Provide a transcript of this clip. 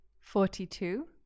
Forty-two